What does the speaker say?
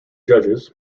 judges